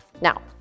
Now